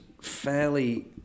fairly